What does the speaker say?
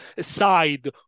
side